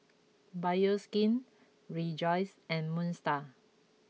Bioskin Rejoice and Moon Star